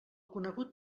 conegut